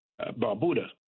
Barbuda